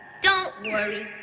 don't worry.